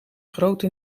grote